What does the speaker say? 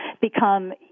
become